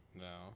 no